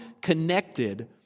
connected